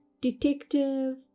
detective